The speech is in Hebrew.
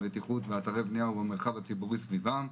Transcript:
בטיחות ואתרי בנייה והמרחב הציבורי סביבם.